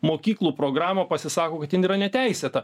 mokyklų programą pasisako kad jin yra neteisėta